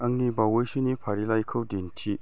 आंनि बावैसोनि फारिलाइखौ दिन्थि